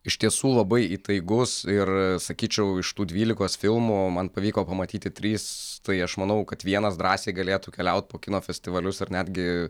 iš tiesų labai įtaigus ir sakyčiau iš tų dvylikos filmų man pavyko pamatyti tris tai aš manau kad vienas drąsiai galėtų keliauti po kino festivalius ar netgi